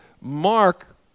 Mark